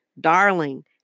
darling